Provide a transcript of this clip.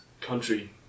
country